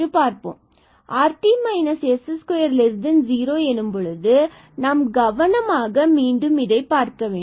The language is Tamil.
rt s20 எனும்பொழுது நாம் கவனமாக மீண்டும் இதை பார்க்க வேண்டும்